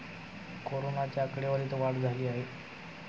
कोरोनाच्या आकडेवारीत वाढ झाली आहे